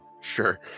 Sure